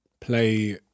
play